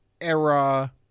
era